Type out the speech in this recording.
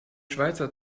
schweizer